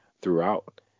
throughout